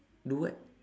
do what